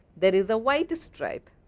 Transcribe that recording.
there is a white stripe.